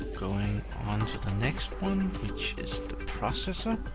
going on to the next one, and which is the processor.